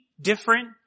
different